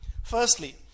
Firstly